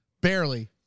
Barely